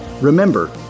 Remember